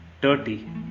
dirty